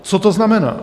Co to znamená?